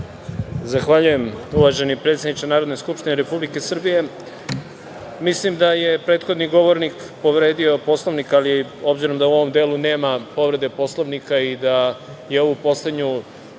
Zahvaljujem, uvaženi predsedniče Narodne skupštine Republike Srbije. Mislim da je prethodni govornik povredio Poslovnik, ali obzirom da u ovom delu nema povrede Poslovnika i da je ovu poslednju